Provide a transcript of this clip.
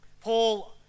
Paul